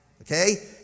Okay